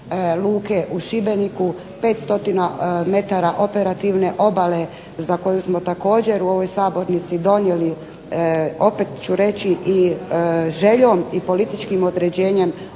u Šibeniku 5 stotina metara operativne obale za koju smo također u ovoj sabornici donijeli opet ću reći i željom i političkim određenjem